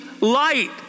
light